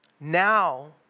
Now